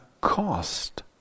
cost